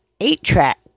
Eight-track